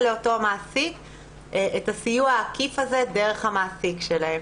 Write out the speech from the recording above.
לאותו מעסיק את הסיוע העקיף הזה דרך המעסיק שלהן.